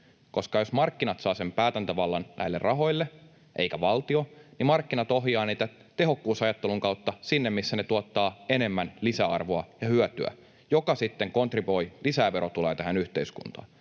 koska jos markkinat saavat sen päätäntävallan näille rahoille eikä valtio, niin markkinat ohjaavat niitä tehokkuusajattelun kautta sinne, missä ne tuottavat enemmän lisäarvoa ja hyötyä, joka sitten kontribuoi lisää verotuloja tähän yhteiskuntaan.